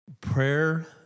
Prayer